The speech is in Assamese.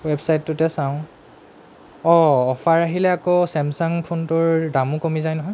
ৱেবছাইটটোতে চাওঁ অঁ অফাৰ আহিলে আকৌ চেমচাং ফোনটোৰ দামো কমি যায় নহয়